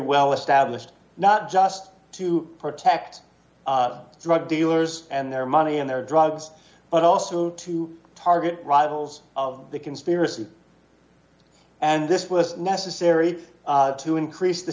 well established not just to protect drug dealers and their money and their drugs but also to target rivals of the conspiracy and this was necessary to increase the